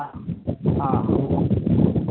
हाँ हाँ